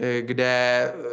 kde